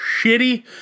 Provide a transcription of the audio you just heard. shitty